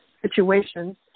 situations